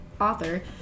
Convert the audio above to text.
author